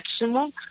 maximum